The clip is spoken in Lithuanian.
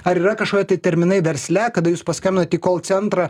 ar yra kašokie tai terminai versle kada jūs paskambinat į kol centrą